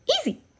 easy